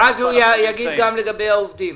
ואז הוא יגיד גם לגבי העובדים.